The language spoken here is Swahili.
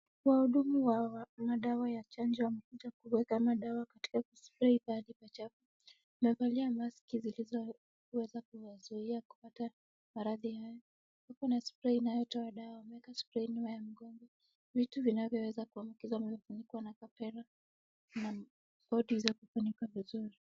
Wahudumu wa dawa ya chanjo wamekuja kuweka madawa katika kuspray pahali pa chafu. Wamevalia maski zilizoweza kuwazuia kupata maradhi hayo. Wako na spray inayotoa dawa. Wameweka spray nyuma ya mgongo. Vitu vinavyoweza kuambukizwa vimefunikwa na kapera na koti zikafunika vizuri.